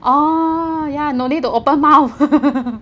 oh ya no need to open mouth